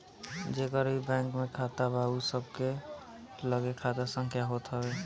जेकर भी बैंक में खाता बा उ सबके लगे खाता संख्या होत हअ